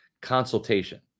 consultation